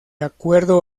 acuerdo